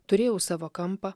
turėjau savo kampą